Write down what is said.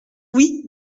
oui